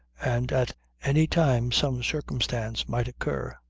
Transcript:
and at any time some circumstance might occur.